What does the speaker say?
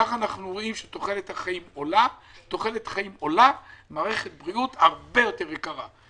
כך אנחנו רואים שתוחלת החיים עולה ואז מערכת הבריאות הרבה יותר יקרה.